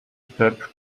peuple